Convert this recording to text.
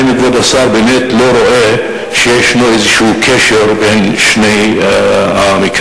האם כבוד השר באמת לא רואה שישנו איזה קשר בין שני המקרים?